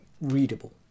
readable